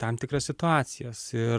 tam tikras situacijas ir